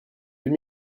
deux